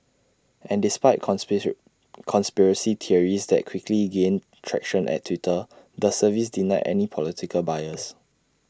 and despite conspiracy conspiracy theories that quickly gained traction at Twitter the service denied any political bias